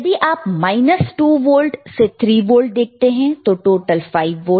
यदि आप minus 2 volt से 3 वोल्ट देखते हैं तो टोटल 5 वोल्ट है